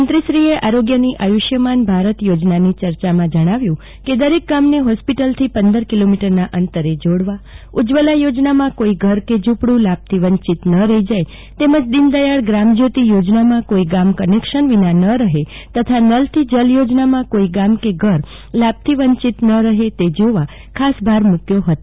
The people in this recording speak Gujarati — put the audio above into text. મંત્રીશ્રીએ આરોગ્યની આયુષમાન ભારત યોજનાની ચર્ચામાં જણાવ્યું કે દરેક ગામને ફોસ્પિટલથી પંદર કિલોમીટરના અંતરે જોડવા ઉજ્જવલા યોજનામાં કોઇ ઘર કે ઝુંપડ઼ લાભથી વંચિત ન રફી જાય તેમજ દિનદયાળ ગ્રામ જ્યોતિ યોજનામાં કોઇ ગામ કનેકશન વિના ન રજે તથા નલથી જલ યોજનામાં કોઇ ગામ કે ઘર લાભથી વંચિત ન રફી જાય તે જોવા ખાસ ભાર મુકવો હતો